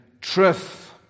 truth